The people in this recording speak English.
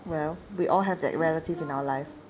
well we all have that relative in our life